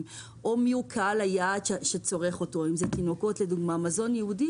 או מבחינת קהל היעד שצורך אותו למשל מזון ייעודי